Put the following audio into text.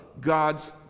god's